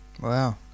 wow